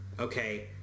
okay